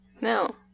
no